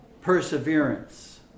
perseverance